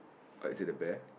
or is it the bear